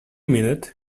minute